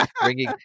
bringing